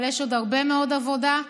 אבל יש עוד הרבה מאוד עבודה.